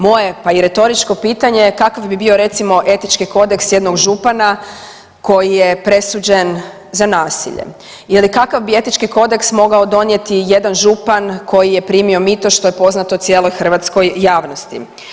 Moje je, pa i retoričko pitanje je kakav bi bio recimo etički kodeks jednog župana koji je presuđen za nasilje ili kakav bi etički kodeks mogao donijeti jedan župan koji je primio mito, što je poznato cijeloj hrvatskoj javnosti.